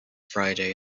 friday